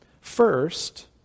First